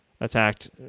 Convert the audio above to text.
attacked